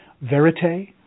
verite